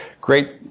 Great